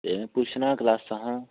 एह् पुच्छना हा क्लासां हा